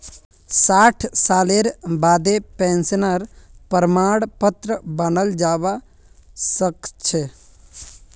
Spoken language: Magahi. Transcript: साठ सालेर बादें पेंशनेर प्रमाण पत्र बनाल जाबा सखछे